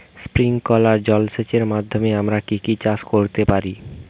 Sprinkler জলসেচের মাধ্যমে আমরা কি কি চাষ করতে পারি?